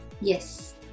Yes